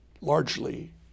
largely